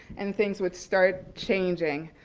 and things would start changing.